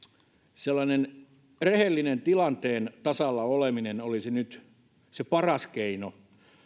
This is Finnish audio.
sellainen rehellinen tilanteen tasalla oleminen olisi nyt se paras keino